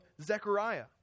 Zechariah